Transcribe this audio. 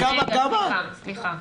סליחה,